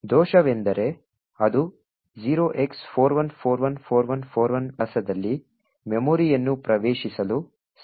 ದೋಷವೆಂದರೆ ಅದು 0x41414141 ವಿಳಾಸದಲ್ಲಿ ಮೆಮೊರಿಯನ್ನು ಪ್ರವೇಶಿಸಲು ಸಾಧ್ಯವಿಲ್ಲ